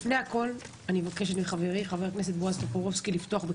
לפני הכול אבקש מחברי חבר הכנסת בועז טופורובסקי לפתוח.